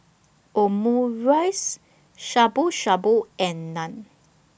Omurice Shabu Shabu and Naan